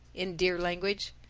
in deer-language.